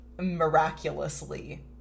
miraculously